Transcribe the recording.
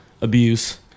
abuse